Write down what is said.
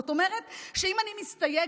זאת אומרת שאם אני מסתייגת,